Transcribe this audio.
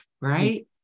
right